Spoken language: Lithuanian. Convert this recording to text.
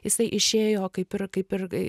jisai išėjo kaip ir kaip ir